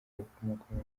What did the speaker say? bakomokamo